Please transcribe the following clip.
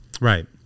Right